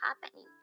happening